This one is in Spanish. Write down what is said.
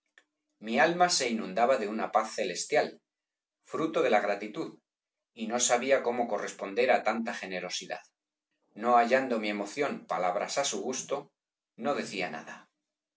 mi alma se inundaba de una paz celestial fruto de la gratitud y no sabía cómo corres ponder á tanta generosidad no hallando mi emoción palabras á su gusto no decía nada